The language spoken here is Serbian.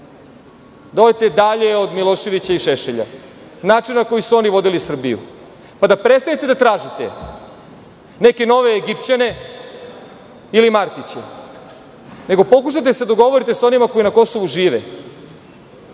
da odete dalje od Miloševića i Šešelja, načina na koji su oni vodili Srbiju, pa da prestanete da tražite neke nove Egipćane ili Martiće, nego pokušajte da se dogovorite sa onima koji na Kosovu žive